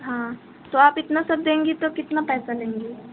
हाँ तो आप इतना सब देंगी तो कितना पैसा लेंगी